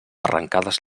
arrancades